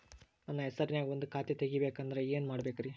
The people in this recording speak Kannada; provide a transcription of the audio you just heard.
ನನ್ನ ಹೆಸರನ್ಯಾಗ ಒಂದು ಖಾತೆ ತೆಗಿಬೇಕ ಅಂದ್ರ ಏನ್ ಮಾಡಬೇಕ್ರಿ?